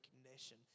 recognition